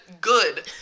good